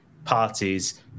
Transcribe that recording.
parties